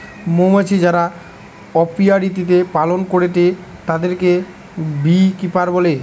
মৌমাছি যারা অপিয়ারীতে পালন করেটে তাদিরকে বী কিপার বলে